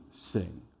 sing